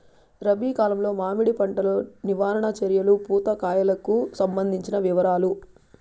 రబి కాలంలో మామిడి పంట లో నివారణ చర్యలు పూత కాయలకు సంబంధించిన వివరాలు?